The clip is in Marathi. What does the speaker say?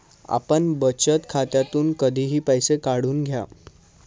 आपल्या बचत खात्यातून कधीही पैसे काढून घ्या